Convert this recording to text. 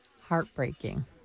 Heartbreaking